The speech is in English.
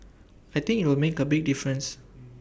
I think IT will make A big difference